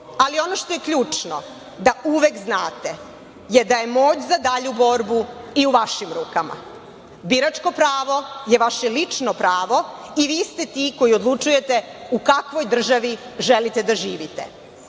Ono što je ključno da uvek znate je da je moć za dalju borbu i u vašim rukama. Biračko pravo je vaše lično pravo i vi ste ti koji odlučujete u kakvoj državi želite da živite.